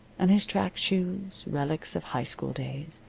and his track shoes, relics of high school days,